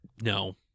no